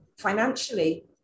Financially